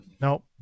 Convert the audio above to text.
nope